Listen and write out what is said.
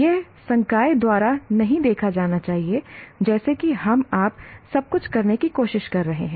यह संकाय द्वारा नहीं देखा जाना चाहिए जैसे कि हम आप सब कुछ करने की कोशिश कर रहे हैं